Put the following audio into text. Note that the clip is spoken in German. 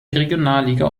regionalliga